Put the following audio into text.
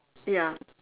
ya